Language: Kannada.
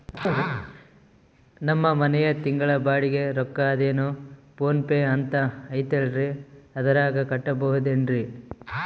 ನಮ್ಮ ಮನೆಯ ತಿಂಗಳ ಬಾಡಿಗೆ ರೊಕ್ಕ ಅದೇನೋ ಪೋನ್ ಪೇ ಅಂತಾ ಐತಲ್ರೇ ಅದರಾಗ ಕಟ್ಟಬಹುದೇನ್ರಿ?